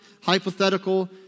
hypothetical